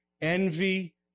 Envy